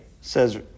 says